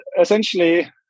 essentially